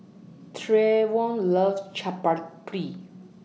Trayvon loves Chaat Papri